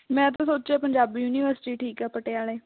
ਮੈਂ ਤਾਂ ਸੋਚਿਆ ਪੰਜਾਬੀ ਯੂਨੀਵਰਸਿਟੀ ਠੀਕ ਆ ਪਟਿਆਲੇ